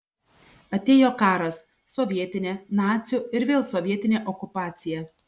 atėjo karas sovietinė nacių ir vėl sovietinė okupacija